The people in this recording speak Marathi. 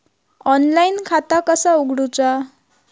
ऑनलाईन खाता कसा उगडूचा?